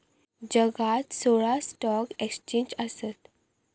जगात सोळा stock exchange आसत